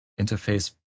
interface